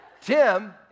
Tim